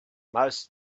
most